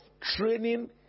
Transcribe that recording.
training